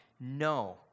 No